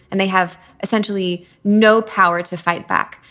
and they have essentially no power to fight back.